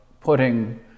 putting